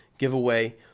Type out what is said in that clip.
Giveaway